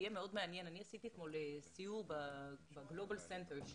עשיתי אתמול סיור בגלובל סנטר,